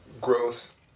gross